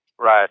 Right